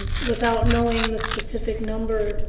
without knowing the specific number,